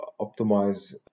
optimize